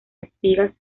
espigas